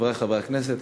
חברי חברי הכנסת,